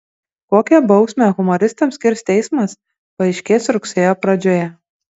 kokią bausmę humoristams skirs teismas paaiškės rugsėjo pradžioje